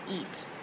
eat